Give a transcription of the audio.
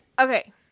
Okay